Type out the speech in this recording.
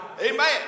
Amen